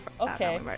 okay